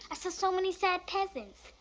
i so so many sad peasants.